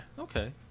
okay